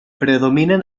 predominen